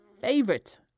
favorite